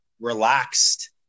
relaxed